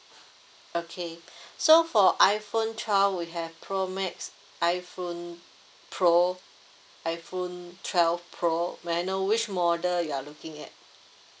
okay so for iphone twelve we have pro max iphone pro iphone twelve pro may I know which model you are looking at